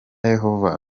yehova